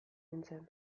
nintzen